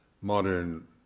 modern